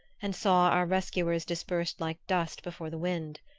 and saw our rescuers dispersed like dust before the wind.